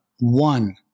one